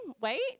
Wait